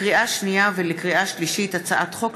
לקריאה שנייה וקריאה שלישית: הצעת חוק